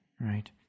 right